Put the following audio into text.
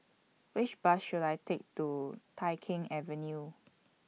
Which Bus should I Take to Tai Keng Avenue